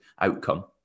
outcome